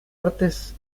artes